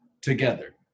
together